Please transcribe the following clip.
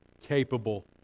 capable